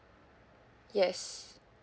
yes